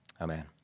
Amen